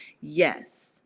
yes